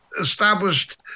established